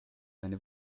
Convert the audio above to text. meine